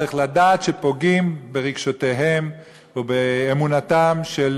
צריך לדעת שפוגעים ברגשותיהם ובאמונתם של